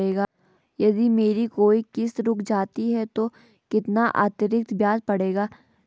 यदि मेरी कोई किश्त रुक जाती है तो कितना अतरिक्त ब्याज पड़ेगा?